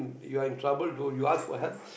you are in trouble go you ask for help